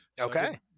Okay